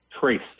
traced